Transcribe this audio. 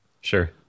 Sure